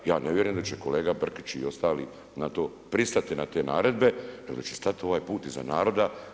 Ja ne vjerujem da će kolega Brkić i ostali na to pristati na te naredbe, nego da će stati ovaj put iza naroda.